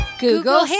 Google